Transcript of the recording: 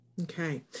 Okay